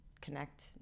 connect